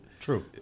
True